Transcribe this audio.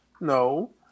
no